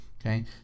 Okay